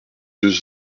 deux